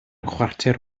chwarter